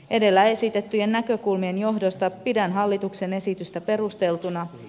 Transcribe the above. edellä esitettyjen näkökulmien johdosta pidän hallituksen esitystä perusteltuna